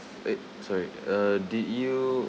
eh sorry uh did you